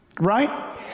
Right